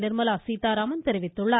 நிர்மலா சீத்தாராமன் தெரிவித்துள்ளார்